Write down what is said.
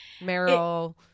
Meryl